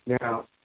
Now